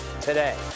today